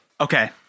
okay